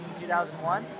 2001